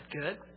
good